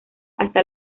hasta